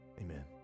amen